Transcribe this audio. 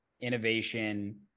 innovation